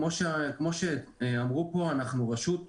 כמו שאמרו פה אנחנו רשות עצמאית,